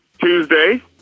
Tuesday